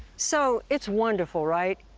so, it's wonderful, right?